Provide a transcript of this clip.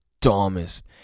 dumbest